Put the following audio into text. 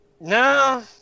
No